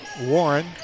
Warren